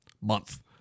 month